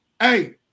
hey